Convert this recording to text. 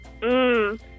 mmm